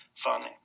funny